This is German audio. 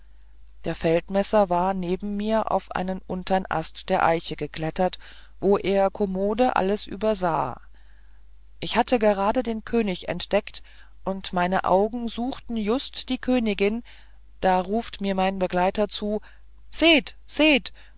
der feldmesser war neben mir auf einen untern ast der eiche geklettert wo er kommode alles übersah ich hatte gerade den könig entdeckt und meine augen suchten just die königin da ruft mir mein begleiter zu seht seht